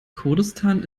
kurdistan